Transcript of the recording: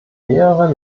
mehrere